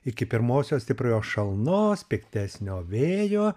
iki pirmosios stiprios šalnos piktesnio vėjo